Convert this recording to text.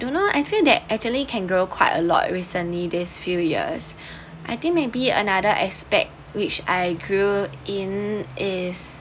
you know actually that actually can grow quite a lot recently this few years I think maybe another aspect which I grew in is